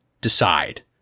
decide